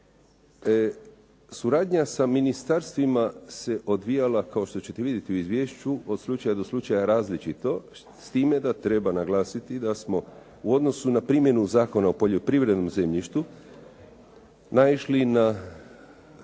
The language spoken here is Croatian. Suradnja sa ministarstvima se odvijala kao što ćete vidjeti u izvješću, od slučaja do slučaja različito s time da treba naglasiti da smo u odnosu na primjenu Zakona o poljoprivrednom zemljištu naišli na